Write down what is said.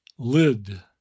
Lid